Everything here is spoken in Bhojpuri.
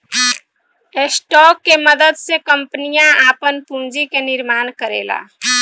स्टॉक के मदद से कंपनियां आपन पूंजी के निर्माण करेला